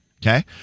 Okay